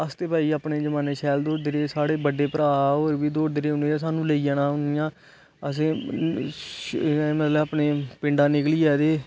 अस ते भाई अपने जमाने च शैल दौड़दे रेह् साढ़े बड्डे भ्रा होर बी दौड़दे रेह् उन्हे ते सानू लेई जाना आसे मतलब अपने पिडां च निकली ते